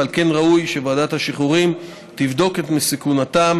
ועל כן ראוי שוועדת השחרורים תבדוק את מסוכנותם